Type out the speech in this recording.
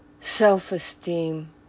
self-esteem